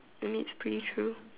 I mean it's pretty true